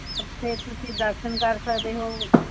ਉੱਥੇ ਤੁਸੀਂ ਦਰਸ਼ਨ ਕਰ ਸਕਦੇ ਹੋ